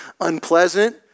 unpleasant